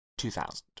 2000